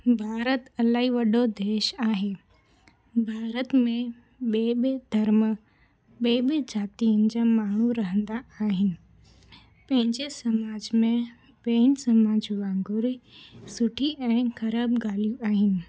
भारत अलाई वॾो देश आहे भारत में ॿिए ॿिए धर्म ॿे ॿे जातियुनि जा माण्हू रहंदा आहिनि पंहिंजे समाज में ॿिए समाज वागुंरु सुठी ऐं ख़राबु ॻाल्हियूं आहिनि